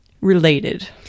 related